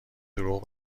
دروغ